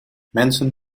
mensen